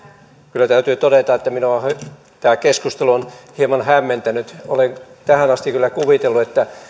kyllä täytyy todeta että minua tämä keskustelu on hieman hämmentänyt olen tähän asti kyllä kuvitellut että